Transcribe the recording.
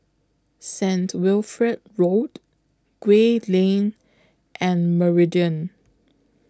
Saint Wilfred Road Gray Lane and Meridian